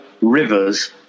rivers